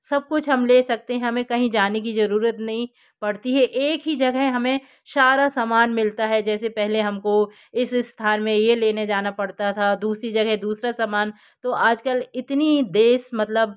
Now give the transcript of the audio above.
सब कुछ हम ले सकते हैं हमें कहीं जाने की ज़रूरत नहीं पड़ती है एक ही जगह हमें सारा सामान मिलता है जैसे पहले हम को इस स्थान में ये लेने जाना पड़ता था दूसरी जगह दूसरा सामान तो आज कल इतना देश मतलब